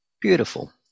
Beautiful